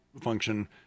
function